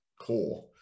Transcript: core